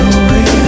away